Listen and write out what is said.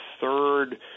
third